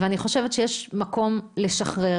אני חושבת שיש מקום לשחרר,